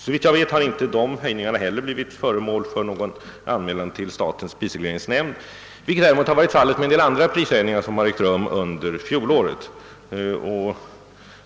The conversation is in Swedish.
Såvitt mig är bekant har dessa höjningar inte blivit föremål för någon anmälan till statens prisregleringsnämnd, vilket däremot varit fallet med en del andra taxehöjningar under fjolåret.